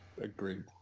Agreed